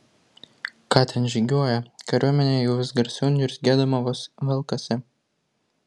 ką ten žygiuoja kariuomenė jau vis garsiau niurzgėdama vos velkasi